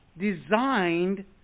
designed